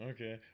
Okay